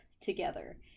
together